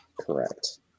Correct